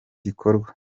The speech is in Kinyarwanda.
gikorwa